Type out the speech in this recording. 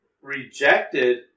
rejected